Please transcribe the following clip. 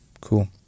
Cool